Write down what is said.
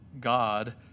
God